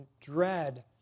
dread